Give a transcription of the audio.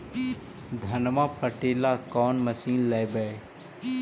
धनमा पिटेला कौन मशीन लैबै?